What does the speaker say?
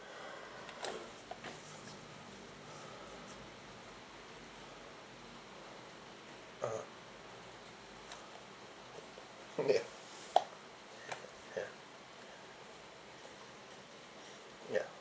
uh ya ya ya